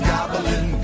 Goblin